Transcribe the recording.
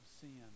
sin